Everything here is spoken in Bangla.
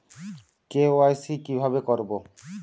কে.ওয়াই.সি কিভাবে করব?